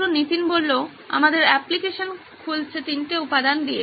ছাত্র নীতিন আমাদের অ্যাপ্লিকেশন খুলছে তিনটি উপাদান নিয়ে